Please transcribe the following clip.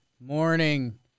morning